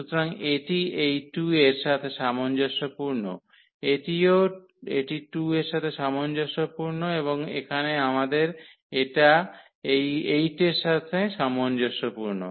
সুতরাং এটি এই 2 এর সাথে সামঞ্জস্যপূর্ণ এটিও এটি 2 এর সাথে সামঞ্জস্যপূর্ণ এবং এখানে আমাদের এটা এই 8 এর সামঞ্জস্যপূর্ণ